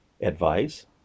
advice